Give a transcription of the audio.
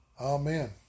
Amen